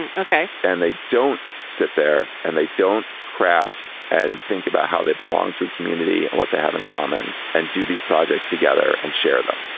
okay. and they don't sit there and they don't craft and think about how they belong to a community and what they have in common and do these projects together and share them.